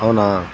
అవునా